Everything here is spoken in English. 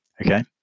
okay